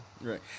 Right